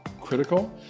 critical